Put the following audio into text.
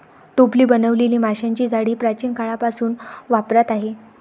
टोपली बनवलेली माशांची जाळी प्राचीन काळापासून वापरात आहे